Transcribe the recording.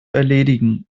erledigen